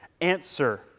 answer